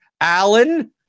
Allen